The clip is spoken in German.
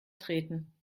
treten